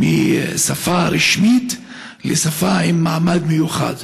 משפה רשמית לשפה עם מעמד מיוחד.